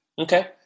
Okay